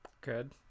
Good